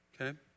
okay